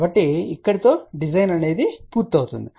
కాబట్టి ఇక్కడితో డిజైన్ పూర్తవుతుంది